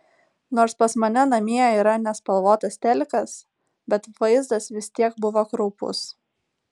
nors pas mane namie yra nespalvotas telikas bet vaizdas vis tiek buvo kraupus